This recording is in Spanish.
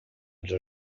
los